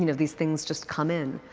you know these things just come in,